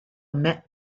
met